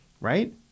right